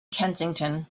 kensington